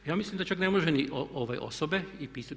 Ja mislim da čak ne može ni osobe.